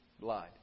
blood